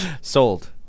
Sold